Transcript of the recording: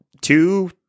two